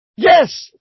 Yes